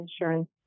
insurance